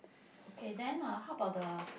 okay then uh how about the